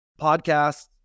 podcasts